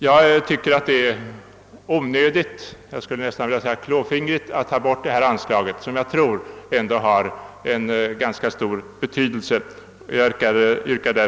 Jag tycker att det är onödigt, jag skulle nästan vilja säga klåfingrigt, att slopa detta anslag som jag tror har ganska stor betydelse. Jag yr